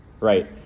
right